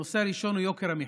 הנושא הראשון הוא יוקר המחיה.